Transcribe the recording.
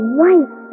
white